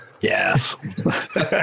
Yes